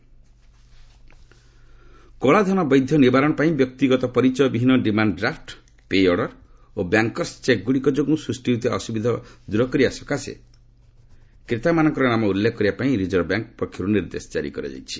demand draft RBI କଳାଧନ ବୈଧ ନିବାରଣ ପାଇଁ ବ୍ୟକ୍ତିଗତ ପରିଚୟ ବିହୀନ ଡିମାଣ୍ଡ ଡ୍ରାଫୂ ପେ ଅର୍ଡର ଓ ବ୍ୟାଙ୍କର୍ସ ଚେକଗୁଡିକ ଯୋଗୁଁ ସୃଷ୍ଟି ହେଉଥିବା ଅସୁବିଧାଗୁଡିକ ଦୂର କରିବା ସକାଶେ କ୍ରେତାମାନଙ୍କର ନାମ ଉଲ୍ଲେଖ କରିବା ପାଇଁ ରିଜର୍ଭ ବ୍ୟାଙ୍କ ପକ୍ଷରୁ ନିର୍ଦ୍ଦେଶ ଜାରି କରାଯାଇଛି